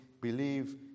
believe